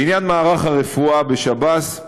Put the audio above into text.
בעניין מערך הרפואה בשב"ס,